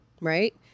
Right